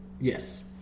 Yes